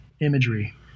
imagery